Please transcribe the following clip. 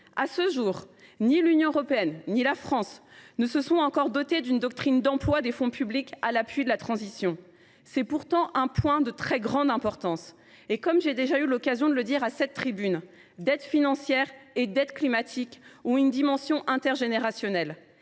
À ce jour, ni l’Union européenne ni la France ne se sont encore dotées d’une doctrine d’emploi des fonds publics à l’appui de la transition. C’est pourtant un point de très grande importance. Comme j’ai déjà eu l’occasion de le dire à cette tribune, dette financière et dette climatique ont une dimension intergénérationnelle